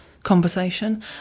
conversation